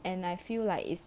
and I feel like it's